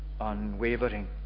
unwavering